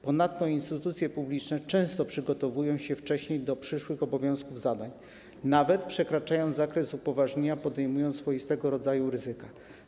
Ponadto instytucje publiczne często przygotowują się wcześniej do przyszłych obowiązków, zadań, a nawet, przekraczając zakres upoważnienia, podejmują swoiste ryzyko.